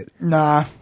Nah